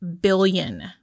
billion